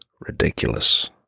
ridiculous